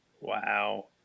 Wow